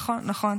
נכון, נכון,